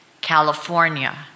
California